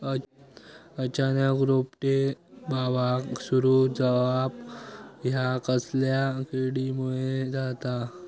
अचानक रोपटे बावाक सुरू जवाप हया कसल्या किडीमुळे जाता?